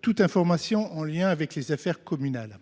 toute information en lien avec les affaires communales.